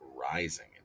Rising